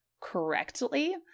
correctly